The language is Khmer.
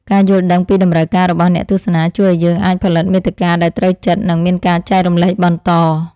ការយល់ដឹងពីតម្រូវការរបស់អ្នកទស្សនាជួយឱ្យយើងអាចផលិតមាតិកាដែលត្រូវចិត្តនិងមានការចែករំលែកបន្ត។